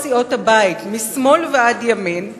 משמאל ועד ימין,